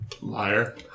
Liar